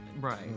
Right